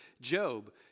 Job